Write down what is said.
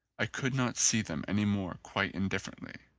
i could not see them any more quite indifferently,